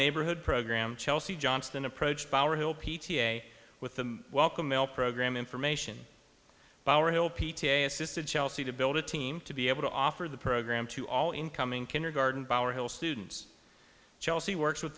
neighborhood program chelsea johnston approached power hill p t a with the welcome mail program information power hill p t a assisted chelsea to build a team to be able to offer the program to all incoming kindergarten power hill students chelsea works with